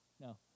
No